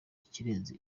ikirenze